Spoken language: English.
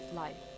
life